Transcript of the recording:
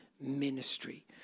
ministry